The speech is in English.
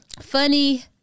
funny